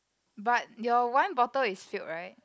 but your one bottle is steel right